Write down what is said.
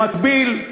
במקביל,